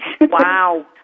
Wow